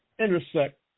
intersect